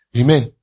Amen